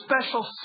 special